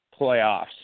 playoffs